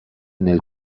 nel